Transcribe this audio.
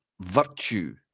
virtue